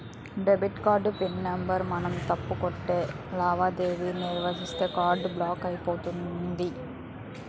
debit card pin number మనం తప్పు కొట్టి లావాదేవీ నిర్వహిస్తే కార్డు బ్లాక్ అయిపోతుంది